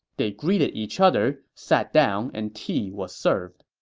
they greeted each other, sat down, and tea was served.